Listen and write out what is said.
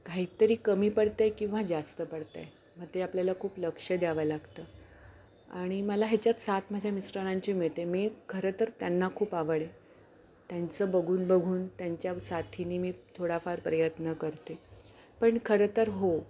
काहीतरी कमी पडतं आहे किंवा जास्त पडतं आहे मग ते आपल्याला खूप लक्ष द्यावं लागतं आणि मला ह्याच्यात साथ माझ्या मिस्टरांची मिळते मी खरं तर त्यांना खूप आवड आहे त्यांचं बघून बघून त्यांच्या साथीने मी थोडाफार प्रयत्न करते पण खरं तर हो